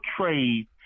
trade